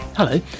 Hello